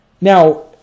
Now